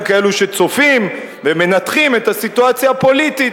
כאלו שצופים ומנתחים את הסיטואציה הפוליטית,